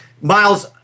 Miles